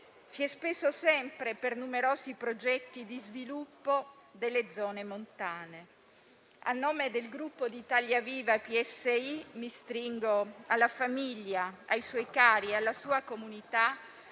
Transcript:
Si è speso sempre per numerosi progetti di sviluppo delle zone montane. A nome del Gruppo Italia Viva-PSI, mi stringo alla famiglia, ai suoi cari e alla sua comunità